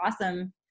awesome